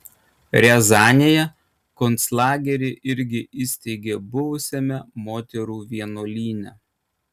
riazanėje konclagerį irgi įsteigė buvusiame moterų vienuolyne